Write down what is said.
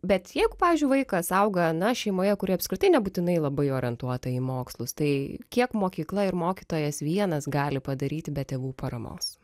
bet jeigu pavyzdžiui vaikas auga na šeimoje kuri apskritai nebūtinai labai orientuota į mokslus tai kiek mokykla ir mokytojas vienas gali padaryti be tėvų paramos